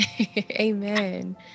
Amen